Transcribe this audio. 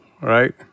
right